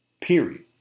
period